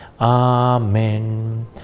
amen